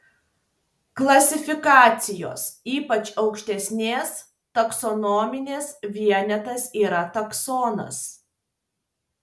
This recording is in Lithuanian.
klasifikacijos ypač aukštesnės taksonominės vienetas yra taksonas